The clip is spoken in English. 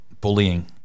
Bullying